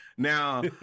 Now